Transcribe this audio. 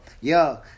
yo